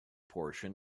portion